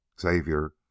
Xavier